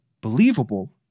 believable